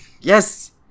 Yes